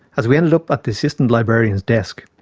as we ended up at the assistant librarian's desk,